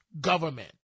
government